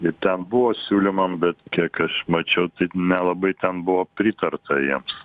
ir ten buvo siūlymam bet kiek aš mačiau tai nelabai ten buvo pritarta jiems